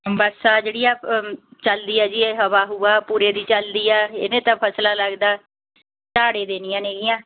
ਬੱਸ ਆ ਜਿਹੜੀ ਆ ਚੱਲਦੀ ਆ ਜੀ ਇਹ ਹਵਾ ਹੁਵਾ ਪੂਰੇ ਦੀ ਚੱਲਦੀ ਆ ਇਹਨੇ ਤਾਂ ਫਸਲਾਂ ਲੱਗਦਾ ਝਾੜ ਏ ਦੇਣੀਆਂ ਨੇਗੀਆਂ